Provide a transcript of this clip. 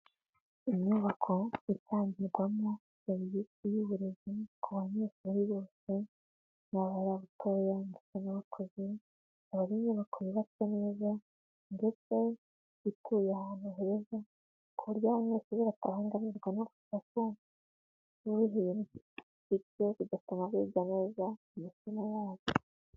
Inyubako itangirwamo serivise y'uburezi ku banyeshuri bose yaba ari abatoya ndetse n'abakozi bakore muri ako k'akarere ndetse ituye aho ba heza ku buryo abanyeshuri batabangamirwa bafasha ku buhe bityo bigatuma biga neza amasomo yabo.